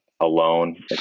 alone